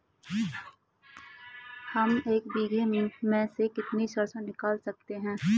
हम एक बीघे में से कितनी सरसों निकाल सकते हैं?